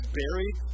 buried